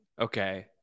Okay